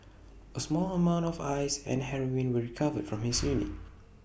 A small amount of ice and heroin were recovered from his unit